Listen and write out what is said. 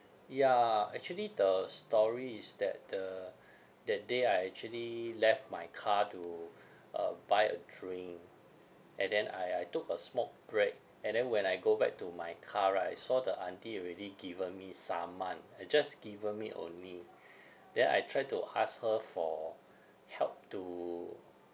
ya actually the story is that uh that day I actually left my car to uh buy a drink and then I I took a smoke break and then when I go back to my car right I saw the aunty already given me saman uh just given me only then I try to ask her for help to